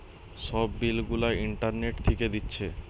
সব বিল গুলা ইন্টারনেট থিকে দিচ্ছে